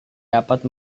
dapat